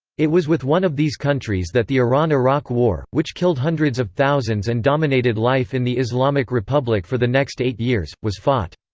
it was with one of these countries that the iran-iraq war, which killed hundreds of thousands and dominated life in the islamic republic for the next eight years, was fought.